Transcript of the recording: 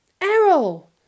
Errol